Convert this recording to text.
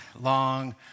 long